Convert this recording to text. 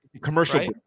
commercial